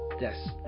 Yes